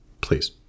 Please